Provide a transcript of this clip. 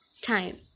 time